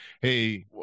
hey